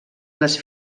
les